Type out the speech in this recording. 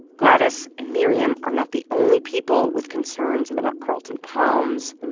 gladys and miriam are not the only people with concerns about carlton palms.